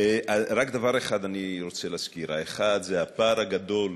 אני רק רוצה להזכיר: דבר אחד זה הפער הגדול